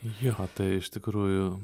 jo tai iš tikrųjų